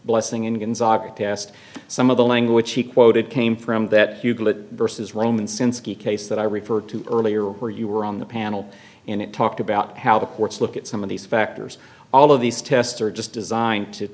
blessing in gonzaga tast some of the language she quoted came from that versus roman since the case that i referred to earlier where you were on the panel and it talked about how the courts look at some of these factors all of these tests are just designed to